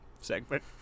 segment